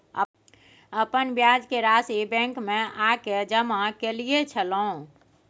अपन ब्याज के राशि बैंक में आ के जमा कैलियै छलौं?